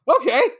okay